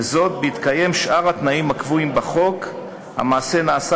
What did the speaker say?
וזאת בהתקיים שאר התנאים הקבועים בחוק: המעשה נעשה